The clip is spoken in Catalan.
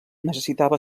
necessitava